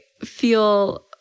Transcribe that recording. feel